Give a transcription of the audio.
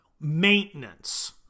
maintenance